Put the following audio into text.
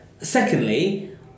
Secondly